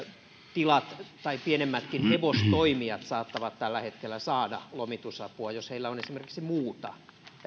tilat tai pienemmätkin hevostoimijat saattavat tällä hetkellä saada lomitusapua jos heillä on esimerkiksi muuta